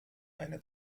eine